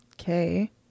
Okay